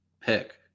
pick